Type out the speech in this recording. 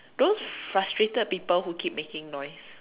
those frustrated people who keep making noise